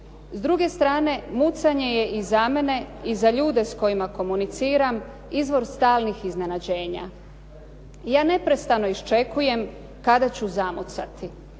S druge strane, mucanje je i za mene i za ljude s kojima komuniciram, izvor stalnih iznenađenja. Ja neprestano iščekujem kada ću zamucati